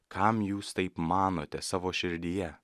kam jūs taip manote savo širdyje